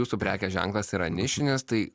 jūsų prekės ženklas yra nišinis tai